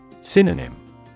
Synonym